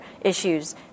issues